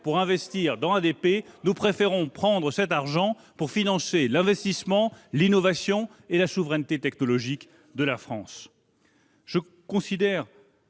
pour investir dans ADP, nous préférons financer l'investissement, l'innovation et la souveraineté technologique de la France.